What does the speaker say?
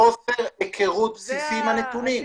אז זה חוסר היכרות בסיסי עם הנתונים.